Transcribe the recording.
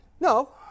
No